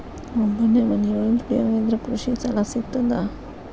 ಒಬ್ಬನೇ ಮನಿಯೊಳಗ ದುಡಿಯುವಾ ಇದ್ರ ಕೃಷಿ ಸಾಲಾ ಸಿಗ್ತದಾ?